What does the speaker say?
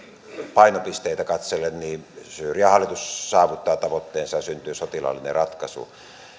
painopisteitä katsellen syyrian hallitus saavuttaa tavoitteensa ja syntyy sotilaallinen ratkaisu